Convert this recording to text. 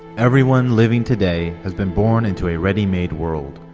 everyone living today has been born into a ready-made world.